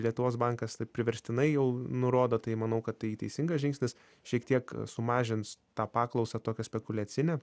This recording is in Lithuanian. lietuvos bankas priverstinai jau nurodo tai manau kad tai teisingas žingsnis šiek tiek sumažins tą paklausą tokią spekuliacinę